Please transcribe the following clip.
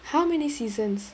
how many seasons